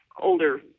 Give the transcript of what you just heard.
older